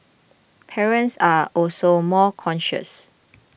parents are also more cautious